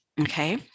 Okay